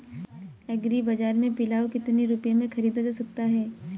Agree बाजार से पिलाऊ कितनी रुपये में ख़रीदा जा सकता है?